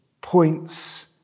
points